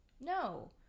No